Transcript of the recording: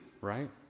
right